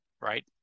right